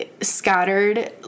scattered